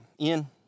Ian